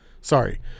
Sorry